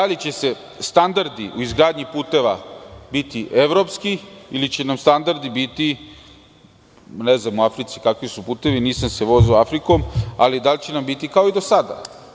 Da li će standardi u izgradnji puteva biti evropski, ili će nam standardi biti, ne znam kakvi su putevi u Africi, nisam se vozio Afrikom, ali da li će nam biti kao i do sada?